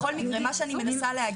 בכל מקרה, מה שאני מנסה להגיד.